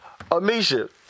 Amisha